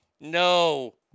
No